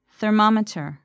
Thermometer